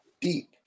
deep